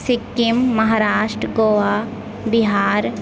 Sikkim Maharashtra Goa Bihar